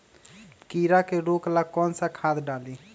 कीड़ा के रोक ला कौन सा खाद्य डाली?